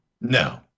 No